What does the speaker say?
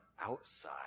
outside